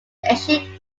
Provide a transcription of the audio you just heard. ancient